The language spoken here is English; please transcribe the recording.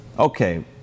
okay